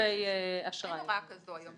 אין הוראה כזו היום.